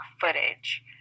footage